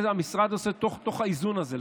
המשרד עושה את זה תוך האיזון הזה.